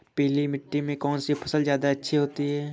पीली मिट्टी में कौन सी फसल ज्यादा अच्छी होती है?